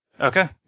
Okay